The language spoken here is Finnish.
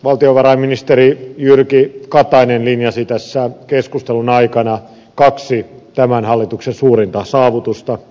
valtiovarainministeri jyrki katainen linjasi tässä keskustelun aikana kaksi tämän hallituksen suurinta saavutusta